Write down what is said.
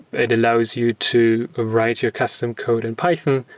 it allows you to write your custom code in python,